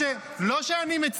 איך שאתה רוצה.